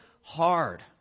hard